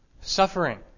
suffering